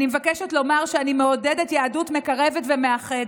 אני מבקשת לומר שאני מעודדת יהדות מקרבת ומאחדת,